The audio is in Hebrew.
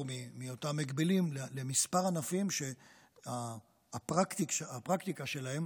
מאותם הגבלים לכמה ענפים שהפרקטיקה שלהם